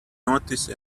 notice